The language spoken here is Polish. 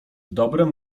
dobrem